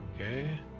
Okay